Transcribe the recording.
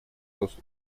рост